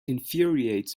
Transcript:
infuriates